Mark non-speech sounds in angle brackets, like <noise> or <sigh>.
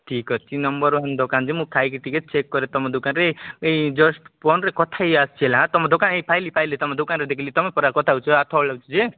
ଠିକ୍ ଅଛି number one ଦୋକାନ ଯେ ମୁଁ ଖାଇକି ଟିକେ ଚେକ୍ କରେ ତୁମ ଦୋକାନରେ ଏଇ ଜଷ୍ଟ୍ ଫୋନ୍ରେ କଥା ହେଇ ଆସିଛି ହେଲା ତୁମ ଦୋକାନ ଏଇ ପାଇଲି ପାଇଲି ତୁମ ଦୋକାନରେ ଦେଖିଲି ତୁମେ ପରା କଥା ହେଉଛ <unintelligible>